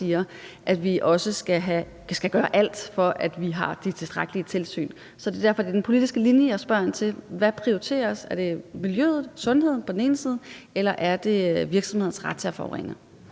at vi også skal gøre alt, for at vi har de tilstrækkelige tilsyn. Så det er derfor, at jeg spørger ind til den politiske linje. Hvad prioriteres? Er det miljøet og sundheden på den ene side, eller er det virksomhedernes ret til at forurene?